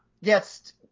yes